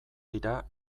dira